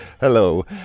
hello